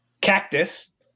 Cactus